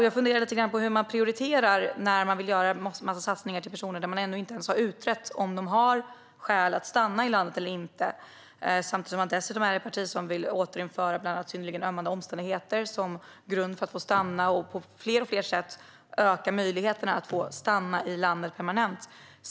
Jag funderar lite på hur man prioriterar när man vill göra en massa satsningar för personer som man inte ens har utrett om de har skäl att stanna i landet eller inte. Samtidigt är man ett parti som vill återinföra bland annat synnerligen ömmande omständigheter som grund för att få stanna. På flera sätt vill man öka möjligheterna för personer att få stanna i landet permanent.